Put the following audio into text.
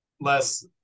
less